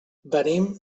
venim